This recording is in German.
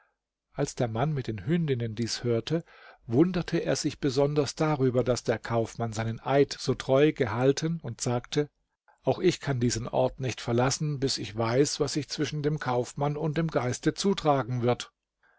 als der mann mit den hündinnen dies hörte wunderte er sich besonders darüber daß der kaufmann seinen eid so treu gehalten und sagte auch ich kann diesen ort nicht verlassen bis ich weiß was sich zwischen dem kaufmann und dem geiste zutragen wird